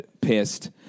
Pissed